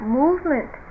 movement